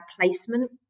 placement